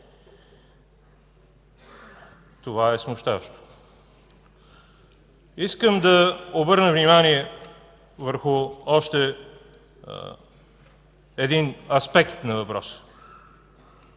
Това е смущаващо! Искам да обърна внимание върху още един аспект на въпроса.